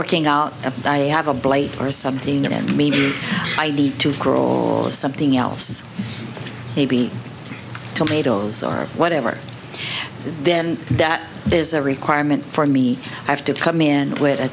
working out i have a blade or something and maybe id to grow something else maybe tomatoes or whatever then that is a requirement for me i have to come in with a